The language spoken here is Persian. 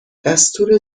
دستور